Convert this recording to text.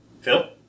Phil